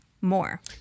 more